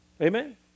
Amen